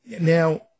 Now